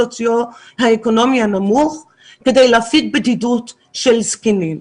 הסוציואקונומי הנמוך כדי להפיג בדידות של זקנים.